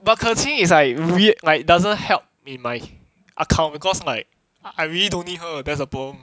because ke qing is like weird like doesn't help in my account cause like I really don't need her that's the problem